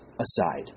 aside